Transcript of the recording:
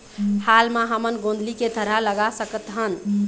हाल मा हमन गोंदली के थरहा लगा सकतहन?